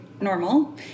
normal